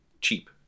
cheap